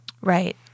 Right